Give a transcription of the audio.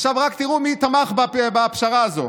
עכשיו, רק תראו מי תמך בפשרה הזאת,